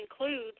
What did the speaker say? includes